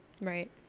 Right